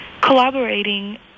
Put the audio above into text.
collaborating